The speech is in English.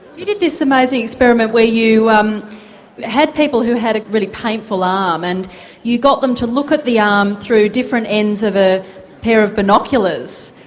you did this amazing experiment where you um had people who had a really painful arm, and you got them to look at the arm through different ends of a pair of binoculars.